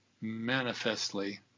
manifestly